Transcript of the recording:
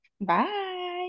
Bye